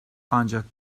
ancak